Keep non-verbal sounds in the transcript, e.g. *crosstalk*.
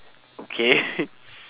okay *laughs*